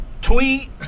Tweet